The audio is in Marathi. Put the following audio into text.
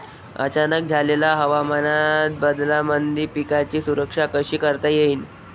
अचानक झालेल्या हवामान बदलामंदी पिकाची सुरक्षा कशी करता येईन?